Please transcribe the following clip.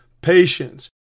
patience